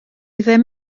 ddim